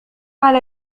على